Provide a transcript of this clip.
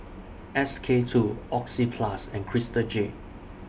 S K two Oxyplus and Crystal Jade